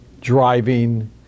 driving